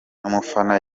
umufana